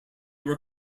were